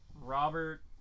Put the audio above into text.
robert